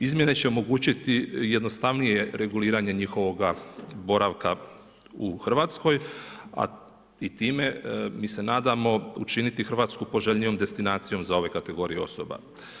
Izmjene će omogućiti jednostavnije reguliranje njihovog boravka u Hrvatskoj i time mi se nadamo učiniti Hrvatsku poželjnijom destinacijom za ove kategorije osobe.